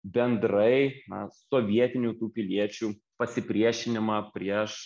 bendrai na sovietinių tų piliečių pasipriešinimą prieš